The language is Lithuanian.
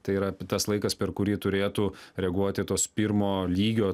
tai yra tas laikas per kurį turėtų reaguoti tos pirmo lygio